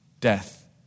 death